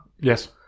yes